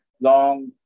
long